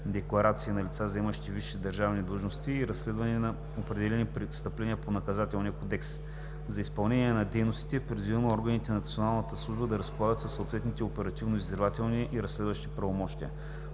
декларации на лицата, заемащи висши държавни длъжности, и разследване на определени престъпления по Наказателния кодекс. За изпълнение на дейностите е предвидено органите на националната служба да разполагат със съответните оперативно-издирвателни и разследващи правомощия.